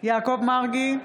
יעקב מרגי,